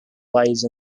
lies